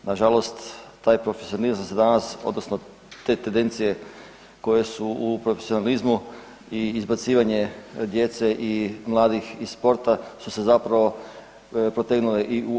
Nažalost, taj profesionalizam se nažalost odnosno te tendencije koje su u profesionalizmu i izbacivanje djece i mladih iz sporta su se zapravo protegnule i u